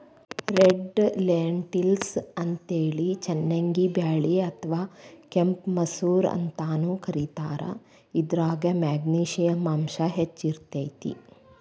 red lentils ಅಂತೇಳಿ ಚನ್ನಂಗಿ ಬ್ಯಾಳಿ ಅತ್ವಾ ಕೆಂಪ್ ಮಸೂರ ಅಂತಾನೂ ಕರೇತಾರ, ಇದ್ರಾಗ ಮೆಗ್ನಿಶಿಯಂ ಅಂಶ ಹೆಚ್ಚ್ ಇರ್ತೇತಿ